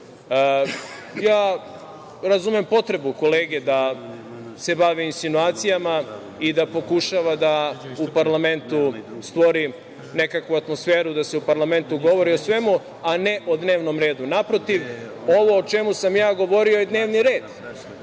prihvatiti. Razumem potrebu kolege da se bavi insinuacijama i da pokušava u parlamentu da stvori nekakvu atmosferu da se u parlamentu govori o svemu, a ne o dnevnom redu. Naprotiv, ovo o čemu sam ja govorio je dnevni red.